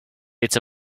it’s